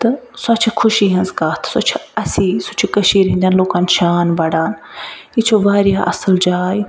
تہٕ سۄ چھِ خوشی ہنٛز کتھ سۄ چھِ اسیٚے کشیٖرِ ہنٛدیٚن لوٗکن شان بڑھان یہِ چھِ واریاہ اصٕل جاے